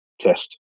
test